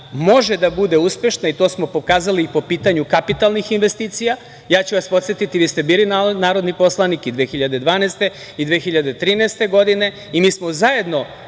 može da bude uspešna, i to smo pokazali i po pitanju kapitalnih investicija. Ja ću vas podsetiti, vi ste bili narodni poslanik i 2012. i 2013. godine, i mi smo zajedno